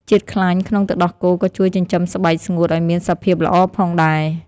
ជាតិខ្លាញ់ក្នុងទឹកដោះគោក៏ជួយចិញ្ចឹមស្បែកស្ងួតឲ្យមានសភាពល្អផងដែរ។